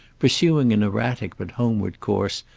pursuing an erratic but homeward course,